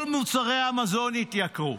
כל מוצרי המזון התייקרו